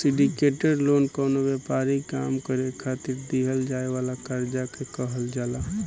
syndicated loan कवनो व्यापारिक काम करे खातिर दीहल जाए वाला कर्जा के कहल जाला